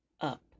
up